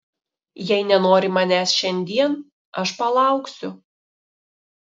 jei nenori manęs šiandien aš palauksiu